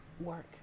work